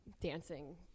dancing